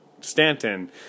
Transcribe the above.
Stanton